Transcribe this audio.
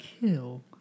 kill